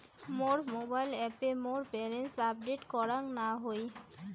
মোর mobile অ্যাপে মোর balance update করাং না হই